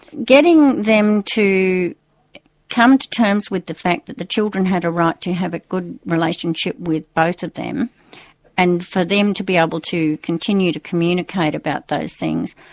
getting them to come to terms with the fact that the children had a right to have a good relationship with both of them and for them to be able to continue to communicate about those things,